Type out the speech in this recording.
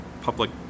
public